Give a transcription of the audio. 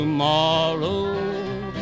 Tomorrow